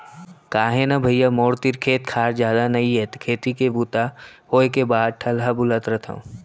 का हे न भइया मोर तीर खेत खार जादा नइये खेती के बूता होय के बाद ठलहा बुलत रथव